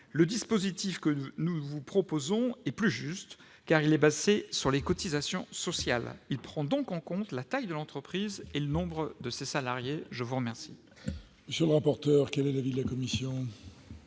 Le dispositif que nous vous proposons est plus juste, car il est fondé sur les cotisations sociales. Il prend donc en compte la taille de l'entreprise et le nombre de ses salariés. Quel est l'avis de la commission ?